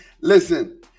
Listen